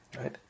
right